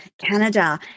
Canada